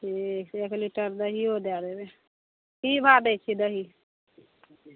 ठीक छै एक लीटर दहियो दै देबै की भाव दै छी दही